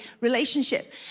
relationship